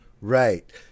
Right